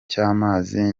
cy’amazi